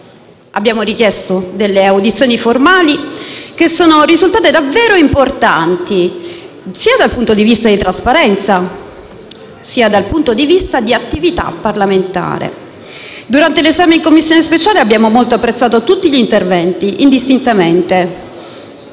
Abbiamo richiesto delle audizioni formali, che sono risultate davvero importanti sia dal punto di vista della trasparenza sia dal punto di vista dell'attività parlamentare. Durante l'esame in Commissione speciale abbiamo molto apprezzato gli interventi, indistintamente,